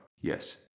Yes